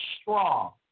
strong